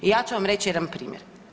I ja ću vam reći jedan primjer.